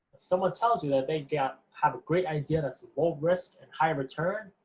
someone tells you that they got have a great idea that's low risk and high return,